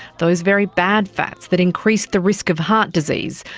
those very bad fats that increase the risk of heart disease,